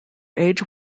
age